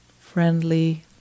Friendly